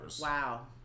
Wow